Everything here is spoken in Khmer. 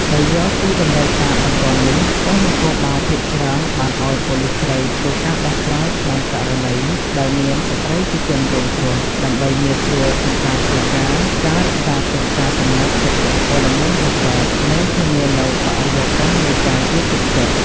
ដោយយល់ពីតម្រូវការបន្ទាន់នេះ ប៉ុស្ដិ៍នគរបាលភាគច្រើនបានឲ្យប៉ូលិសស្រីធ្វើការដោះស្រាយក្នុងករណីដែលមានស្ត្រីជាជនរងគ្រោះ ដើម្បីងាយស្រួលក្នុងការធ្វើការ ការរក្សាទុកការសម្ងាត់ចំពោះព័ត៌មានរសើប និង ធានានូវបរិយាកាសនៃការជឿទុកចិត្ត។